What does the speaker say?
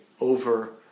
over